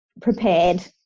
prepared